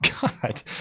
god